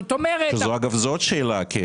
זו, אגב, עוד שאלה.